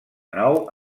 nou